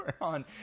on